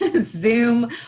Zoom